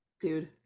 dude